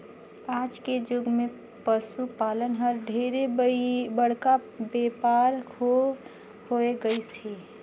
आज के जुग मे पसु पालन हर ढेरे बड़का बेपार हो होय गईस हे